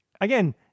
Again